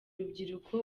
urubyiruko